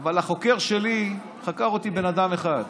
אבל החוקר שלי, חקר אותי בן אדם אחד.